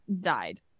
died